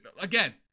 again